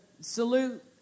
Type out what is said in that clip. salute